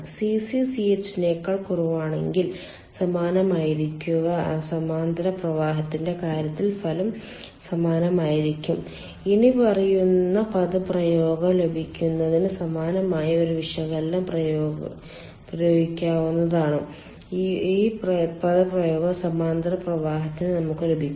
Cc Ch നേക്കാൾ കുറവാണെങ്കിൽ സമാനമായിരിക്കുക സമാന്തര പ്രവാഹത്തിന്റെ കാര്യത്തിൽ ഫലം സമാനമായിരിക്കും ഇനിപ്പറയുന്ന പദപ്രയോഗം ലഭിക്കുന്നതിന് സമാനമായ ഒരു വിശകലനം പ്രയോഗിക്കാവുന്നതാണ് ഈ പദപ്രയോഗം സമാന്തര പ്രവാഹത്തിന് നമുക്ക് ലഭിക്കും